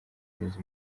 neza